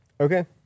Okay